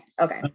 Okay